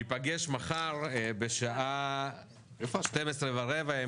ניפגש מחר בשעה 12:15,